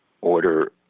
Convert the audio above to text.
order